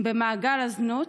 במעגל הזנות,